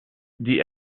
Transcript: die